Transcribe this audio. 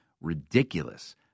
ridiculous